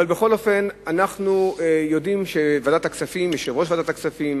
אבל בכל אופן אנחנו יודעים שיושב-ראש ועדת הכספים